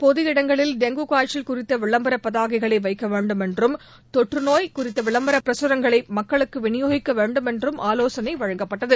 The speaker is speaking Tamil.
பொது இடங்களில் டெங்கு காய்ச்சல் குறித்த விளம்பர பதாகைகளை வைக்க வேண்டும் என்றும் தொற்று நோய் குறித்த விளம்பர பிரகரங்களை மக்களுக்கு விநியோகிக்க வேண்டும் என்றும் ஆலோசனை வழங்கப்பட்டது